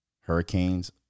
Hurricanes